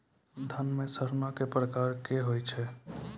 धान म सड़ना कै प्रकार के होय छै?